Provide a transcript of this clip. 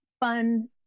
fun